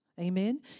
Amen